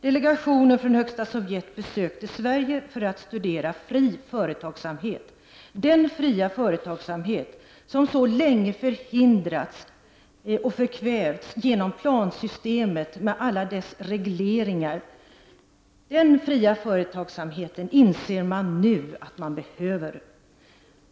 Delegationen från Högsta Sovjet besökte Sverige för att studera fri företagsamhet. Den fria företagsamheten som så länge förhindrats och förkvävts genom plansystemet med alla dess regleringar är något som man nu inser att man behöver.